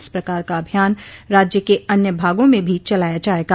इस प्रकार का अभियान राज्य के अन्य भागों में भी चलाया जाएगा